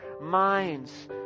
minds